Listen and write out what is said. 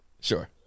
Sure